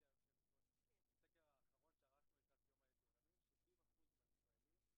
יותר מ-230 אלף איש עושים בדיקה.